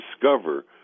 discover